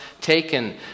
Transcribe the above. taken